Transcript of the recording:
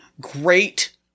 great